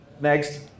next